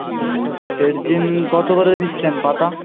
সেটজিন কত করে দিচ্ছেন পাতা